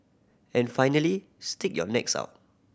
and finally stick your necks out